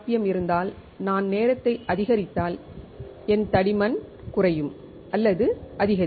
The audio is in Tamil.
எம் இருந்தால் நான் நேரத்தை அதிகரித்தால் என் தடிமன் குறையும் அல்லது அதிகரிக்கும்